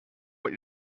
what